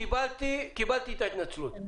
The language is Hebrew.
קיבלתי את ההתנצלות.